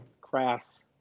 crass